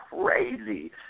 crazy